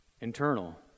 internal